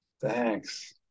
Thanks